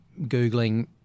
Googling